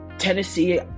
Tennessee